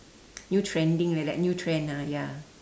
new trending like that new trend ah ya